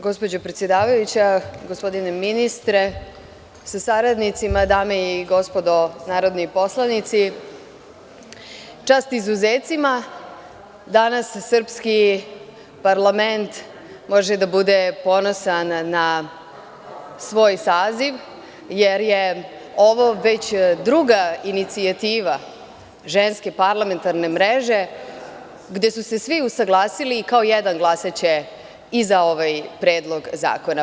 Gospođo predsedavajuća, gospodine ministre sa saradnicima, dame i gospodo narodni poslanici, čast izuzecima, danas srpski parlament može da bude ponosan na svoj saziv, jer je ovo već druga inicijativa Ženske parlamentarne mreže, gde su se svi usaglasili i kao jedan glasaće i za ovaj predlog zakona.